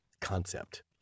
concept